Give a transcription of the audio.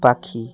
পাখি